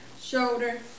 shoulder